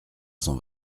cent